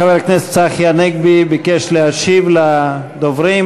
חבר הכנסת צחי הנגבי ביקש להשיב לדוברים.